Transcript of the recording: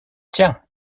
tiens